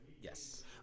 Yes